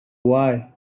why